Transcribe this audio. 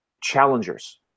challengers